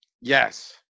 Yes